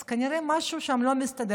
אז כנראה משהו שם לא מסתדר.